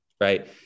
Right